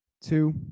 two